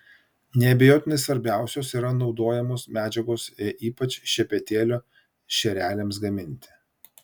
neabejotinai svarbiausios yra naudojamos medžiagos ypač šepetėlio šereliams gaminti